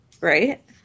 Right